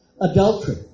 Adultery